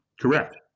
Correct